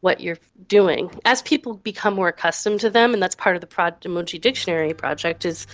what you're doing. as people become more accustomed to them, and that's part of the emoji dictionary project, is